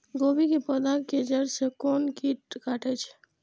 गोभी के पोधा के जड़ से कोन कीट कटे छे?